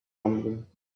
rumbling